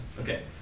okay